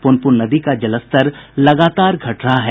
पुनपुन नदी का जलस्तर लगातार घट रहा है